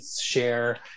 share